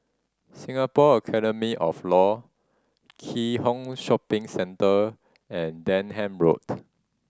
Singapore Academy of Law Keat Hong Shopping Centre and Denham Road